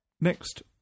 Next